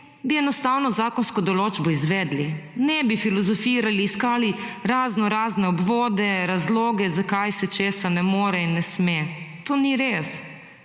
bi enostavno zakonske določbe izvedli, ne bi filozofirali, iskali razno razne obvode, razloge zakaj se česa ne more in ne sme. To ni res.